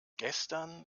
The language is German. gestern